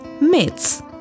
myths